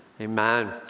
amen